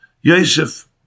Yosef